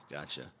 gotcha